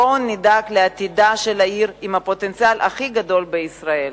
בואו נדאג לעתידה של העיר עם הפוטנציאל הכי גדול בישראל.